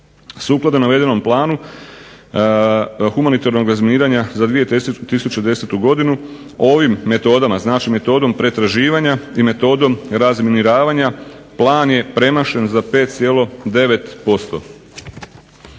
Sukladno navedenom planu humanitarnog razminiranja za 2010. godinu ovim metodama, znači metodom pretraživanja i metodom razminiravanja plan je premašen za 5,9%.